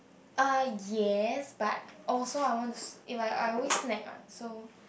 uh yes but also I want to s~ if I I always snack what so